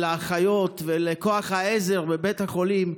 לאחיות ולכוח העזר בבית החולים,